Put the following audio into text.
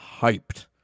hyped